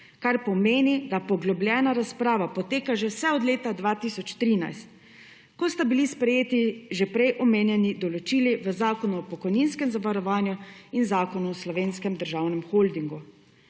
kar pomeni, da poglobljena razprava poteka že vse od leta 2013, ko sta bili sprejeti že prej omenjeni določili v zakonu o pokojninskem zavarovanju in zakon o Slovenskem državnem holdingu.